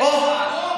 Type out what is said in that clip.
אוה,